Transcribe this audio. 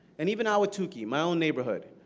and even ah ahwatukee, my own neighborhood.